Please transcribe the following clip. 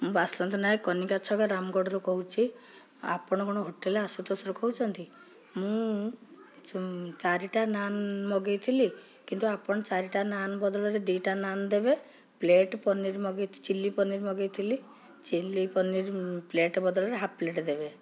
ବାସନ୍ତ ନାୟକ କନିକା ଛକ ରାମଗଡ଼ରୁ କହୁଛି ଆପଣ କ'ଣ ହୋଟେଲ ଆସୁତୋଷରୁ କହୁଛନ୍ତି ମୁଁ ଚାରିଟା ନାନ୍ ମଗାଇଥିଲି କିନ୍ତୁ ଆପଣ ଚାରିଟା ନାନ୍ ବଦଳରେ ଦୁଇଟା ନାନ୍ ଦେବେ ପ୍ଲେଟ୍ ପନିର ମଗାଇ ଚିଲ୍ଲି ପନିର ମଗାଇଥିଲି ଚିଲ୍ଲି ପନିର ପ୍ଲେଟ୍ ବଦଳରେ ହାଫ୍ ପ୍ଲେଟ୍ ଦେବେ